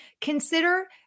consider